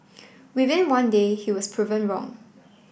within one day he was proven wrong